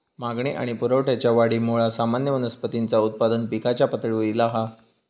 मागणी आणि पुरवठ्याच्या वाढीमुळा सामान्य वनस्पतींचा उत्पादन पिकाच्या पातळीवर ईला हा